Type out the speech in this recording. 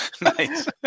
Nice